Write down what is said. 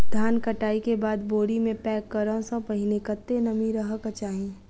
धान कटाई केँ बाद बोरी मे पैक करऽ सँ पहिने कत्ते नमी रहक चाहि?